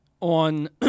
on